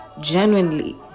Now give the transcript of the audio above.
genuinely